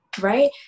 right